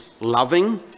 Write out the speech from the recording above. loving